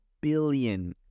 billion